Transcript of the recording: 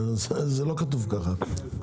זה לא כתוב ככה.